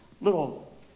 little